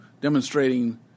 demonstrating